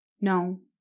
No